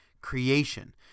creation